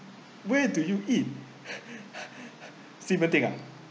where do you eat ximending ah